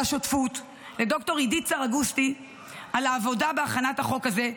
על ,השותפות ולד"ר עידית סרגוסטי על העבודה בהכנת החוק הזה,